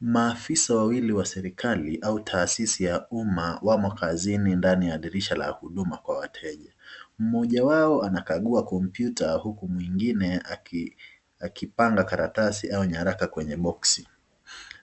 Maafisa wawili wa serikali au taasisi ya uma wamo kazini ndani ya dirisha la huduma kwa wateja. Moja wao anakangua [computer] huku mwingine akipanga karatasi au nyaraka kwenye [box].